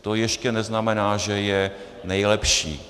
To ještě neznamená, že je nejlepší.